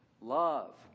love